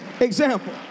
example